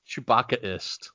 Chewbaccaist